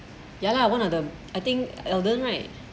ya lah one of the I think elden right